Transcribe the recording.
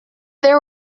there